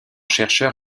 chercheur